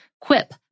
Quip